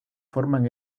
forman